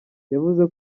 yavuze